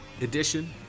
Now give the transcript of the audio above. edition